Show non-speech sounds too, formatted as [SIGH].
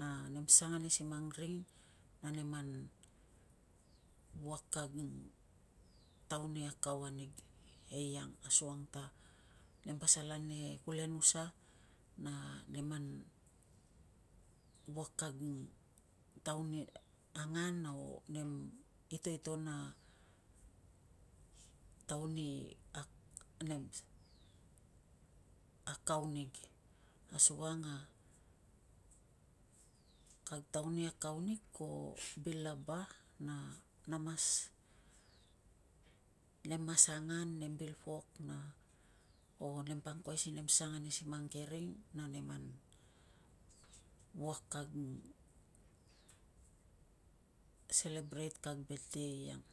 na nem sang ane si mang ring na neman wuak kag taun i akau anig. Eiang asukang ta nem pasal ane kulenusa na nem an wuak kag taun i angan o nem itoiton a taun i [HESITATION] akau anig. Asukang a kag taun i akau nig ko bil lava na mas, nem mas angan, nem vil pok na o nem pa angkuai si sang ane si mang ke ring na nem an wuak kag selebreit kag bet dei eiang.